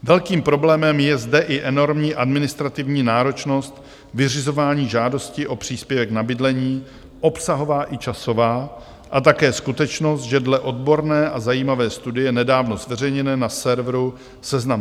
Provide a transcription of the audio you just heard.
Velkým problémem je zde i enormní administrativní náročnost vyřizování žádostí o příspěvek na bydlení, obsahová i časová, a také skutečnost, že dle odborné a zajímavé studie nedávno zveřejněné na serveru Seznam.Zpr